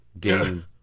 Game